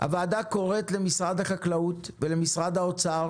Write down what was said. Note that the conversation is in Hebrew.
הוועדה קוראת למשרד החקלאות ולמשרד האוצר